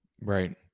Right